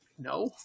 No